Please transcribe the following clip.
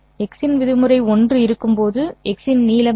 x' இன் விதிமுறை ஒன்று இருக்கும்போது 'x இன் நீளம் என்ன